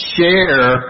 Share